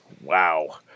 Wow